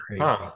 crazy